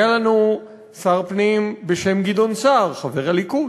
היה לנו שר פנים בשם גדעון סער, חבר הליכוד,